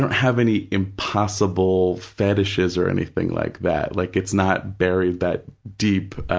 have any impossible fetishes or anything like that. like, it's not buried that deep,